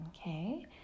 Okay